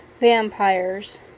vampires